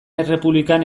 errepublikan